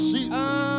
Jesus